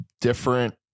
different